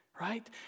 right